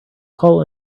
call